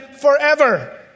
forever